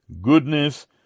goodness